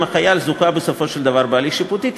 אם החייל זוכה בסופו של דבר בהליך המשפטי,